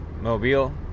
Mobile